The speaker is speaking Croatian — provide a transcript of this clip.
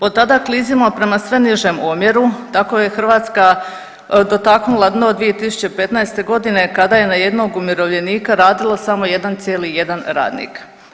Otada klizimo prema sve nižem omjeru, tako je Hrvatska dotaknula dno 2015. g. kada je na jednog umirovljenika radilo samo 1,1 radnik.